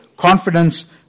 confidence